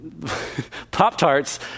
Pop-Tarts